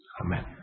Amen